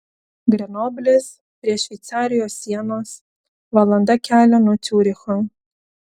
grenoblis prie šveicarijos sienos valanda kelio nuo ciuricho